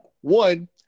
one